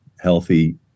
healthy